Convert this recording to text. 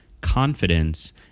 confidence